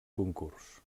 concurs